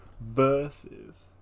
versus